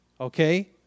Okay